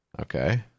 okay